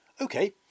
Okay